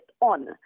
on